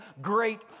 great